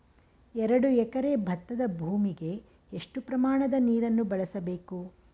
ಎರಡು ಎಕರೆ ಭತ್ತದ ಭೂಮಿಗೆ ಎಷ್ಟು ಪ್ರಮಾಣದ ನೀರನ್ನು ಬಳಸಬೇಕು?